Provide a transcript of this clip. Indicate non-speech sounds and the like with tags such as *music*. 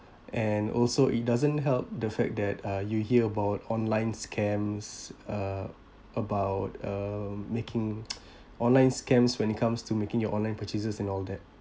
and also it doesn't help the fact that uh you hear about online scams uh about uh making *noise* online scams when it comes to making your online purchases and all that